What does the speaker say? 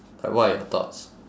like what are your thoughts